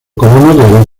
colonos